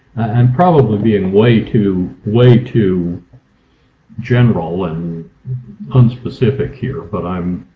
and probably being way too way too general and unspecific here, but i'm.